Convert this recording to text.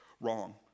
wrong